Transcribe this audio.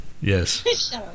Yes